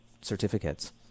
certificates